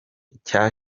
cya